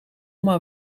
maar